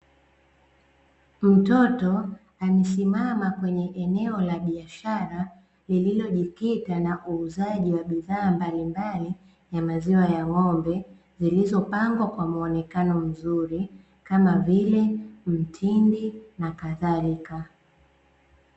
Mtoto amesimama kwenye eneo la biashara, lililojikita na uuzaji wa bidhaa mbalimbali ya maziwa ya ng'ombe, zilizopangwa kwa muonekano mzuri kama vile; mtindi na kadhalika.